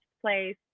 place